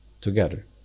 together